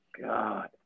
God